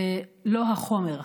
ולא החומר.